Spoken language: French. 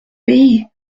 pays